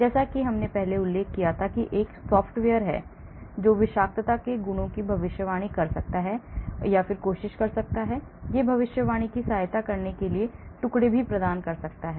जैसा कि मैंने उल्लेख किया है कि एक सॉफ्टवेयर है जो विषाक्तता के गुणों की भविष्यवाणी करने की कोशिश करता है यह भविष्यवाणी की सहायता करने के लिए टुकड़े प्रदान करता है